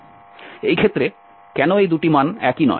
এই ক্ষেত্রে কেন এই দুটি মান একই নয়